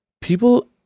people